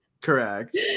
Correct